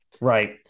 right